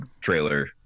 trailer